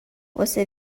você